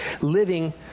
living